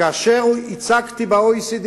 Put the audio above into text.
וכאשר הצגתי את הנושא ב-OECD